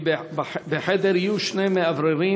כי בחדר יהיו שני מאווררים.